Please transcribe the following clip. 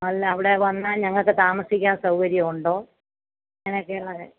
അല്ല അവിടെ വന്നാൽ ഞങ്ങൾക്ക് താമസിക്കാൻ സൗകര്യം ഉണ്ടോ എങ്ങനെയൊക്കയാണ്